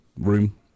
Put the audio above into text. room